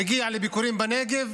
מגיע לביקורים בנגב